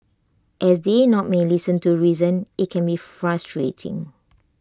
as they not may listen to reason IT can be frustrating